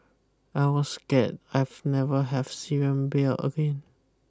I was scared I've never have Syrian beer again